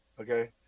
Okay